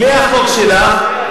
בלי החוק שלך,